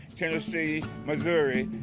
tennessee, missouri,